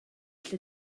lle